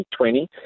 2020